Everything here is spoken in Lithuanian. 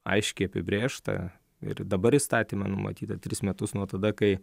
aiškiai apibrėžta ir dabar įstatyme numatyta tris metus nuo tada kai